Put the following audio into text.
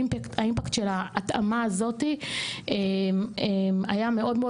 האימפקט של ההתאמה הזאת היה מאוד מאוד